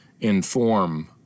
inform